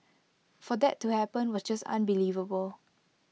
for that to happen was just unbelievable